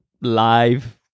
live